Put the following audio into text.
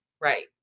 Right